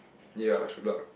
ya true lah